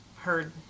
heard